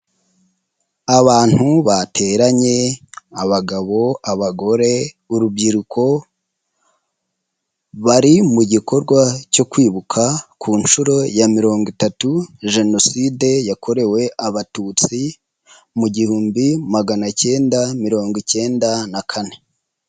aAbantu bateranye, abagabo, abagore, urubyiruko, bari mu gikorwa cyo kwibuka ku nshuro ya mirongo itatu, Jenoside yakorewe Abatutsi, mu gihumbi magana acyenda mirongo icyenda na kane.